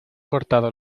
cortado